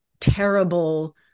terrible